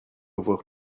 avoir